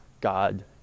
God